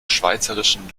schweizerischen